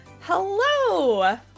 hello